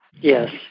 Yes